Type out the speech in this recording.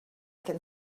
can